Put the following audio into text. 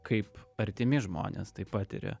kaip artimi žmonės tai patiria